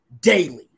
daily